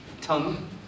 tongue